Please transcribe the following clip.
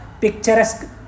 picturesque